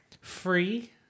Free